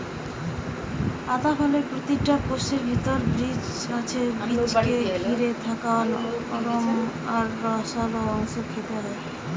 আতা ফলের প্রতিটা কোষের ভিতরে বীজ আছে বীজকে ঘিরে থাকা নরম আর রসালো অংশ খেতে হয়